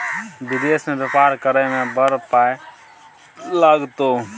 विदेश मे बेपार करय मे बड़ पाय लागतौ